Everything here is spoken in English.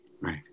right